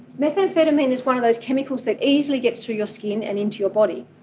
methamphetamine is one of those chemicals that easily gets through your skin and into your body.